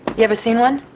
you ever seen one?